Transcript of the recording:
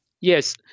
Yes